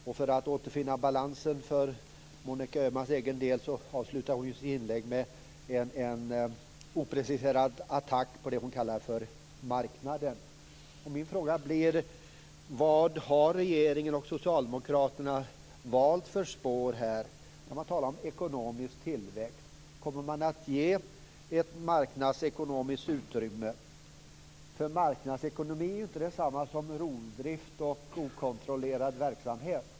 Men för att återfinna balansen för Monica Öhmans egen del avslutade hon ju sitt inlägg med en opreciserad attack på det hon kallar för "marknaden". Min fråga blir: Vad har regeringen och Socialdemokraterna valt för spår här när man talar om ekonomisk tillväxt? Kommer man att ge ett marknadsekonomiskt utrymme? Marknadsekonomi är ju inte detsamma som rovdrift och okontrollerad verksamhet.